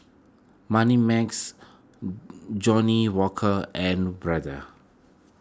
Moneymax Johnnie Walker and Brother